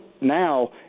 now